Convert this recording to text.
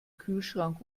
kühlschrank